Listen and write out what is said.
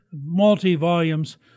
multi-volumes